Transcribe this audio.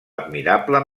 admirable